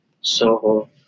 Soho